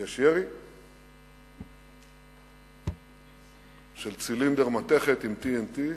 יש ירי של צילינדר מתכת עם TNT,